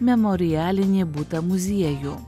memorialinį butą muziejų